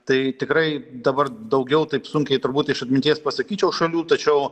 tai tikrai dabar daugiau taip sunkiai turbūt iš atminties pasakyčiau šalių tačiau